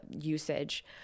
usage